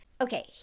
Okay